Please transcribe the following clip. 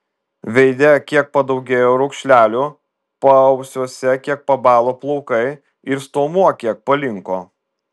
veide kiek padaugėjo raukšlelių paausiuose kiek pabalo plaukai ir stuomuo kiek palinko